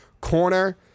corner